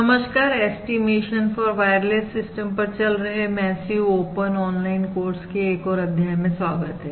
नमस्कार estimation for wireless system पर चल रहे मैसिव ओपन ऑनलाइन कोर्स के एक और अध्याय में स्वागत है